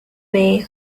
way